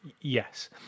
Yes